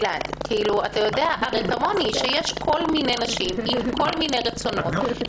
אתה יודע כמוני שיש כל מיני נשים עם כל מיני רצונות,